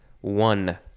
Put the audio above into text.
One